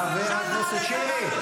חבר הכנסת נאור שירי.